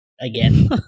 again